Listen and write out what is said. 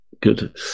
good